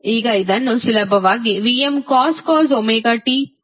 ಈಗ ಇದನ್ನು ಸುಲಭವಾಗಿ Vmcos ωt∅ ನೊಂದಿಗೆ ಹೋಲಿಸಬಹುದು